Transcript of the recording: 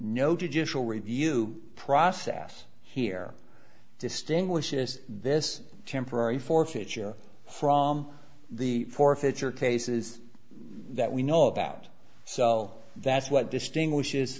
judicial review process here distinguishes this temporary forfeiture from the forfeiture cases that we know about so that's what distinguishes